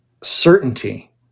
certainty